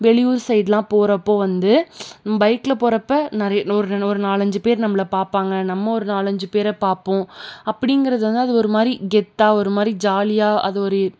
வெளியூர் சைடெலாம் போகிறப்போ வந்து பைக்கில் போகிறப்ப நிறைய ஒரு நாலஞ்சு பேர் நம்மளை பார்ப்பாங்க நம்ம ஒரு நாலஞ்சு பேரை பார்ப்போம் அப்படிங்கிறது வந்து அது ஒரு மாதிரி கெத்தாக ஒரு மாதிரி ஜாலியாக அது ஒரு